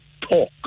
talk